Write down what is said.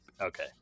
Okay